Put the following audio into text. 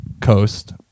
coast